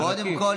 קודם כול,